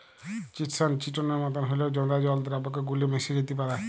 chitosan চিটনের মতন হঁল্যেও জঁদা জল দ্রাবকে গুল্যে মেশ্যে যাত্যে পারে